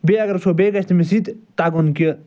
بیٚیہِ اگر وٕچھو بیٚیہِ گَژھِ تٔمِس یہِ تہِ تَگُن کہِ